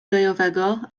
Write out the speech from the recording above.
gajowego